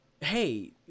hey